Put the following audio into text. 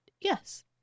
Yes